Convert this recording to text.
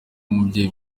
umubyeyi